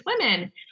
women